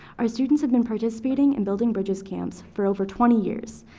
our students have been participating in building bridges camps for over twenty years.